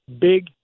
big